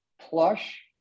plush